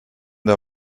der